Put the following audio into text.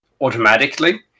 automatically